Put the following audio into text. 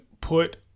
put